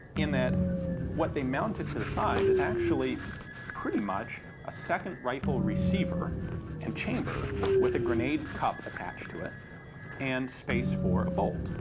in that what they mounted to the side is actually pretty much a second rifle receiver and chamber with a grenade cup attached to it and space for a bolt.